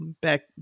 back